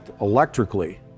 electrically